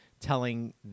telling